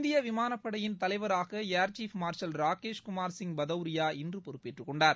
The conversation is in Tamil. இந்திய விமானப்படையின் தலைவராக ஏர்கீஃப் மார்ஷல் ராகேஷ்குமார் சிங் பதௌரியா இன்று பொறுப்பேற்று கொண்டார்